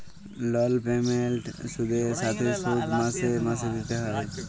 লল পেমেল্ট সুদের সাথে শোধ মাসে মাসে দিতে হ্যয়